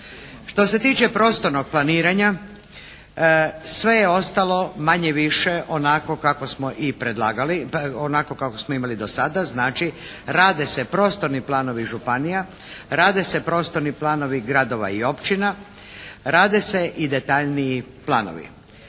Što se tiče prostornog planiranja sve je ostalo manje-više onako kako smo predlagali, onako kako smo imali do sada. Znači, rade se prostorni planovi županija, rade se prostorni planovi gradova i općina, rade se i detaljniji planovi.